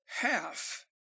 half